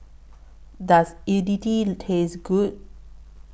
Does Idili Taste Good